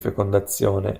fecondazione